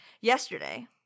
Yesterday